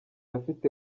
afite